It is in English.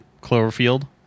Cloverfield